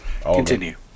continue